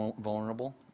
vulnerable